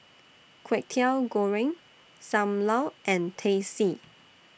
Kwetiau Goreng SAM Lau and Teh C